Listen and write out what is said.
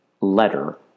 letter